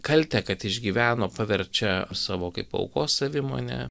kaltę kad išgyveno paverčia savo kaip aukos savimone